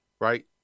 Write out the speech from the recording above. right